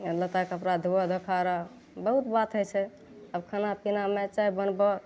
आओर लत्ता कपड़ा धुअऽ धोखारऽ बहुत बात होइ छै आओर फलाँ चिलाँ लए चाय बनबऽ